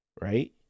Right